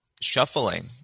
shuffling